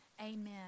Amen